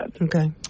Okay